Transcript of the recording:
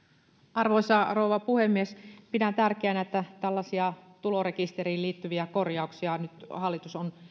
arvoisa rouva puhemies pidän tärkeänä että tällaisia tulorekisteriin liittyviä korjauksia nyt hallitus on